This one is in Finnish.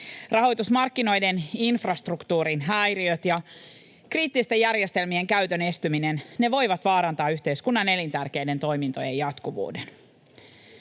Rahoitusmarkkinoiden infrastruktuurin häiriöt ja kriittisten järjestelmien käytön estyminen voivat vaarantaa yhteiskunnan elintärkeiden toimintojen jatkuvuuden.